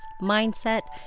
mindset